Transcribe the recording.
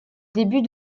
début